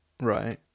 Right